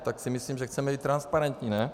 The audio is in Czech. Tak si myslím, že chceme být i transparentní, ne?